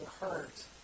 hurt